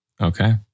Okay